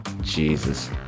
Jesus